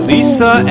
Lisa